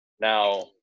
Now